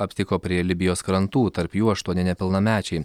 aptiko prie libijos krantų tarp jų aštuoni nepilnamečiai